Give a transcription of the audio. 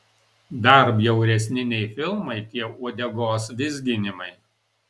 dar bjauresni nei filmai tie uodegos vizginimai